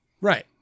right